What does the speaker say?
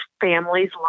families